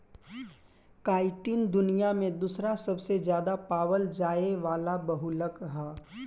chitin दुनिया में दूसरा सबसे ज्यादा पावल जाये वाला बहुलक ह